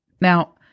now